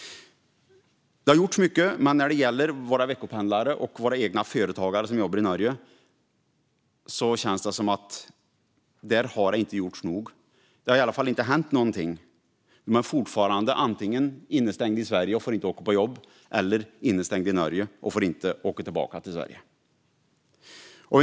Det har gjorts mycket, men när det gäller våra veckopendlare och våra företagare som jobbar i Norge känns det som om det inte har gjorts nog. Det har i alla fall inte hänt något. De är fortfarande antingen instängda i Sverige och får inte åka på jobb eller instängda i Norge och får inte åka tillbaka till Sverige.